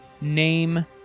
name